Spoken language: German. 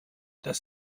das